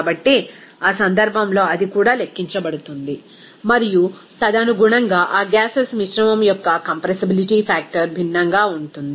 కాబట్టి ఆ సందర్భంలో అది కూడా లెక్కించబడుతుంది మరియు తదనుగుణంగా ఆ గ్యాసెస్ మిశ్రమం యొక్క కంప్రెస్సిబిలిటీ ఫాక్టర్ భిన్నంగా ఉంటుంది